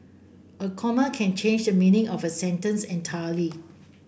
a comma can change the meaning of a sentence entirely